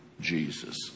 Jesus